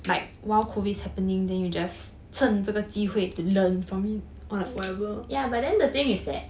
yeah but then the thing is that